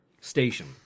station